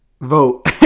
Vote